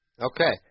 Okay